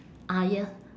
ah ya